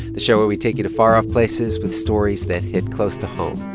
the show where we take you to far-off places with stories that hit close to home.